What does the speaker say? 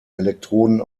elektroden